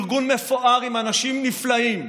ארגון מפואר עם אנשים נפלאים,